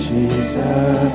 Jesus